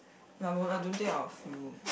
no I won't I don't think I will feel